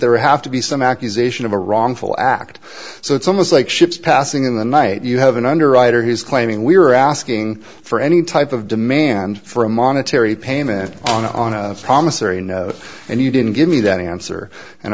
there have to be some accusation of a wrongful act so it's almost like ships passing in the night you have an underwriter who's claiming we were asking for any type of demand for a monetary payment on a promissory note and you didn't give me that answer and